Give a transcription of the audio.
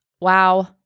wow